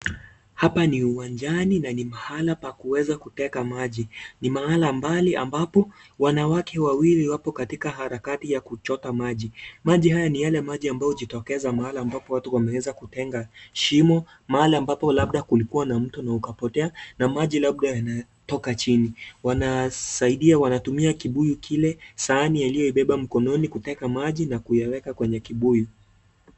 Hapa ni uwanjani, na ni mahala pa kuweza kuteka maji, ni mahala mbali ambapo wanawake wawili wako katika harakati ya kuteka maji, maji hayo ni yale ambayo hujitokeza mahala ambapo watu wametenga shimo, mahala ambapo pengine kulikuwa na mto ukapotea na maji labda yanatoka chini, wanasaidia wanatumia kibuyu kile, sahani aliyobeba mkononi, kuteka maji na kuyaweka kwenye kibuyu.